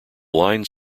line